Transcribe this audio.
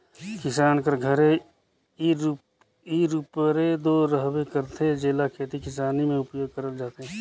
किसान कर घरे इरूपरे दो रहबे करथे, जेला खेती किसानी मे उपियोग करल जाथे